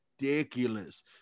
ridiculous